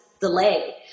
delay